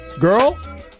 Girl